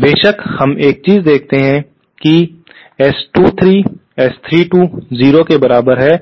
बेशक हम एक चीज देखते हैं कि S23 S32 के बराबर है 0 के बराबर है